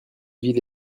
ville